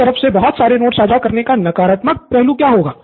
हर तरफ से बहुत सारे नोट्स साझा करने का नकारात्मक पहलू क्या होगा